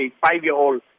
five-year-old